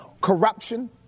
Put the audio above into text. corruption